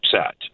upset